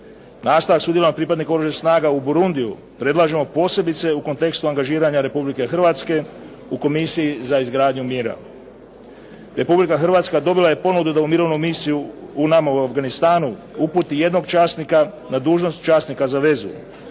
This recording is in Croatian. Nastavak sudjelovanja pripadnika Oružanih snaga u Borundiju predlažemo posebice u kontekstu angažiranja Republike Hrvatske u komisiji za izgradnju mjera. Republika Hrvatska dobila je ponudu da u mirovnu misiju u nama u Afganistanu uputi jednog časnika, na dužnost časnika za vezu,